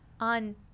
on